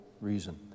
reason